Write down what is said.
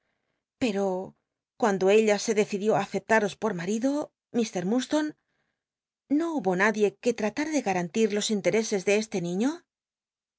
pero cuando ella se decidió í aceptaros por ma marido mr murdstone no hubo nadie que llatara de garantía los intereses de este niiio